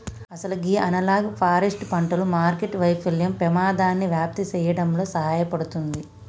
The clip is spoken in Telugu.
అసలు గీ అనలాగ్ ఫారెస్ట్ పంటలు మార్కెట్టు వైఫల్యం పెమాదాన్ని వ్యాప్తి సేయడంలో సహాయపడుతుంది